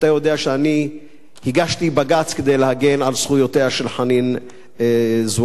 אתה יודע שאני הגשתי בג"ץ כדי להגן על זכויותיה של חנין זועבי,